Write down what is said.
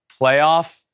playoff